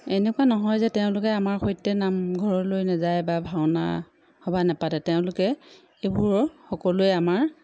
এনেকুৱা নহয় যে তেওঁলোকে আমাৰ সৈতে নামঘৰলৈ নাযায় বা ভাওনা সবাহ নেপাতে তেওঁলোকে এইবোৰৰ সকলোৱে আমাৰ